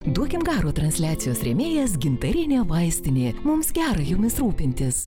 duokim garo transliacijos rėmėjas gintarinė vaistinė mums gera jumis rūpintis